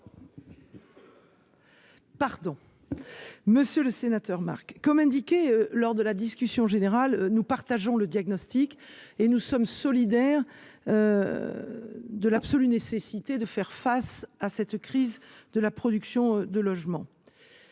déléguée. Monsieur le sénateur Marc, comme je l’ai indiqué lors de la discussion générale, nous partageons votre diagnostic et nous sommes solidaires de l’absolue nécessité de faire face à la crise de la production de logements.